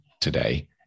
today